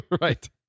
Right